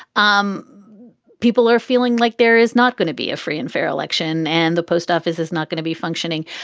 um people are feeling like there is not going to be a free and fair election and the post office is not going to be functioning.